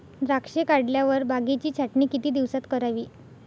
द्राक्षे काढल्यावर बागेची छाटणी किती दिवसात करावी?